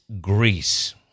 Greece